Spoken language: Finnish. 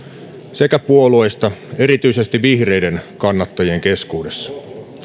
sekä puolueista erityisesti vihreiden kannattajien keskuudessa